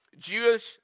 Jewish